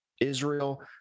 Israel